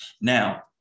Now